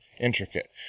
intricate